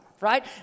right